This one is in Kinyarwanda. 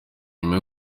nyuma